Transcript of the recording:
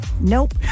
Nope